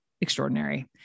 extraordinary